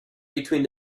between